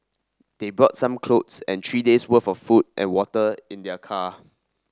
they brought some clothes and three days' worth of food and water in their car